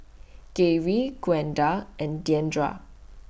Garey Gwenda and Diandra